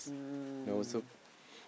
mm